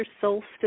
Solstice